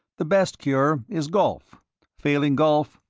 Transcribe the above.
the best cure is golf failing golf,